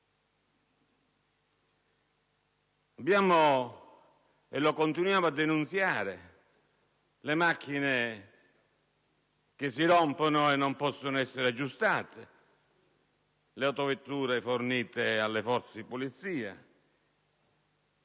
Abbiamo denunciato e continuiamo a denunciare le macchine che si rompono e che non possono essere aggiustate, le autovetture fornite alle forze di polizia